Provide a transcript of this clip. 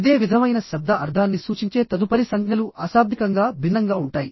ఇదే విధమైన శబ్ద అర్ధాన్ని సూచించే తదుపరి సంజ్ఞలు అశాబ్దికంగా భిన్నంగా ఉంటాయి